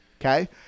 Okay